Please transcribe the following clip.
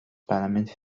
parlament